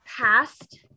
past